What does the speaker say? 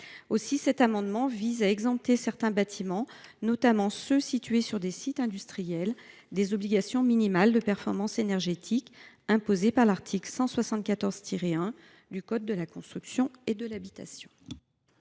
Aussi, cet amendement a pour objet d’exempter certains bâtiments, notamment sur les sites industriels, des obligations minimales de performance énergétique imposées au travers de l’article L. 174 1 du code de la construction et de l’habitation.